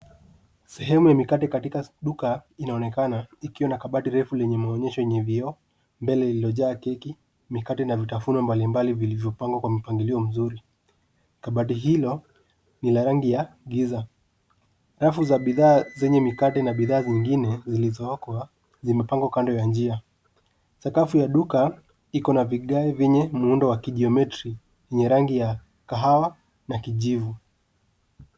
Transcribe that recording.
Sehemu ya mikate katika duka inaonekana ikiwa na kabati refu lenye maonyesho yenye vioo, mbele lililojaa keki, mikate na vitafuno mbali mbali vilivyopangwa kwa mpangilio mzuri. Kabati hilo ni la langi ya giza. Rafu za bidhaa zenye mikate na bidhaa zingine zilizoekwa, zimepangwa kando ya njia. Sakafu ya duka iko na vigae vyenye muundo ya kigeometri; yenye rangi ya kahawa na kijivu.